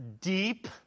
deep